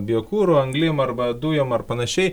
biokuru anglim arba dujom ar panašiai